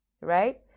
right